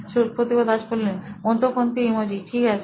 Supratibh Das C T O নোইন electronics মধ্যপন্থী emoji ঠিক আছে